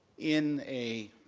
in a